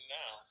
now